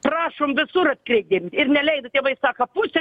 prašom visur atkreipt dėm ir neleido tėvai sako pusę